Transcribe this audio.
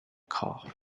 cough